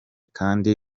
kandi